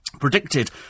predicted